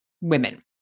women